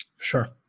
Sure